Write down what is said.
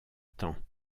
temps